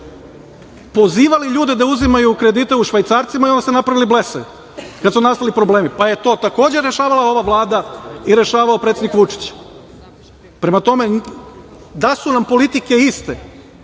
pozivali ljude da uzimaju kredite u švajcarcima i onda se napravili blesavi kada su nastali problemi, pa je to, takođe, rešavala ova Vlada i rešavao predsednik Vučić. Prema tome, da su nam politike iste,